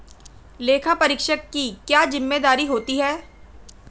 लेखापरीक्षक की क्या जिम्मेदारी होती है?